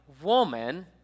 woman